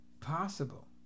possible